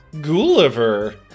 Gulliver